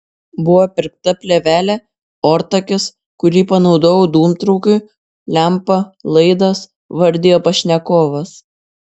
buvo pirkta plėvelė ortakis kurį panaudojau dūmtraukiui lempa laidas vardijo pašnekovas